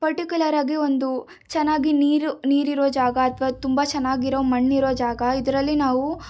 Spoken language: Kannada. ಪರ್ಟಿಕ್ಯುಲರಾಗಿ ಒಂದು ಚೆನ್ನಾಗಿ ನೀರು ನೀರಿರುವ ಜಾಗ ಅಥವಾ ತುಂಬ ಚೆನ್ನಾಗಿರೊ ಮಣ್ಣಿರೊ ಜಾಗ ಇದರಲ್ಲಿ ನಾವು